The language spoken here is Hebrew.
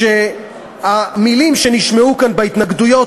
והמילים שנשמעו כאן בהתנגדויות,